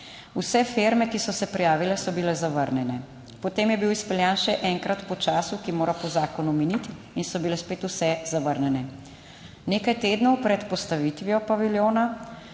Vse firme, ki so se prijavile, so bile zavrnjene. Potem je bil izpeljan še enkrat po času, ki mora po zakonu miniti in so bile spet vse zavrnjene. Nekaj tednov pred postavitvijo paviljona